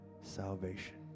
salvation